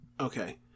okay